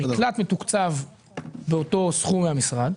המקלט מתוקצב באותו סכום מן המשרד,